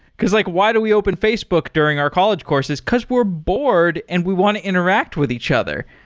because like why do we open facebook during our college courses? because we're bored and we want to interact with each other.